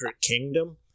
kingdom